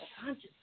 conscious